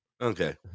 Okay